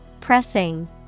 Pressing